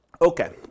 Okay